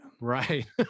Right